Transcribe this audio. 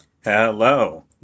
Hello